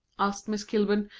asked miss kilburn,